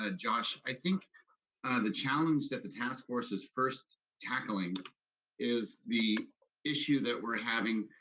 ah josh. i think the challenge that the task force is first tackling is the issue that we're having